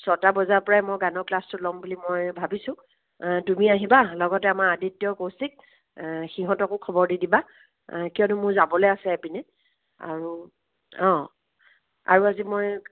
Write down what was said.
ছটা বজাৰ পৰাই মই গানৰ ক্লাছটো মই ল'ম বুলি ভাবিছোঁ তুমি আহিবা লগতে আমাৰ আদিত্য কৌশিক সিহঁতকো খবৰ দি দিবা কিয়নো মোৰ যাবলৈ আছে এপিনে আৰু অঁ আৰু আজি মই